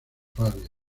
farias